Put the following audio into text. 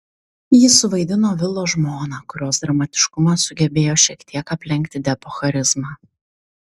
ji suvaidino vilo žmoną kurios dramatiškumas sugebėjo šiek tiek aplenkti depo charizmą